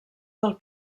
del